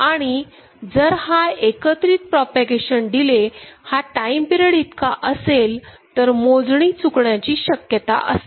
आणि जर हा एकत्रित प्रोपॅगेशन डिले हा टाईम पिरेड इतका असेल तर मोजणी चुकण्याची शक्यता असते